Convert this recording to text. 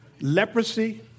Leprosy